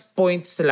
points